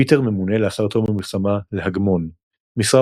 פיטר ממונה לאחר תום המלחמה להגמון - משרה